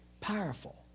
powerful